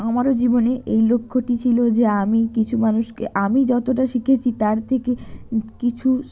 আমারও জীবনে এই লক্ষ্যটি ছিল যে আমি কিছু মানুষকে আমি যতটা শিখেছি তার থেকে কিছু